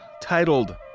titled